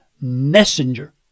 messenger